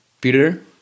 Peter